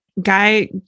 Guy